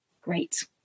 great